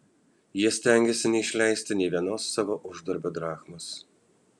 jie stengėsi neišleisti nė vienos savo uždarbio drachmos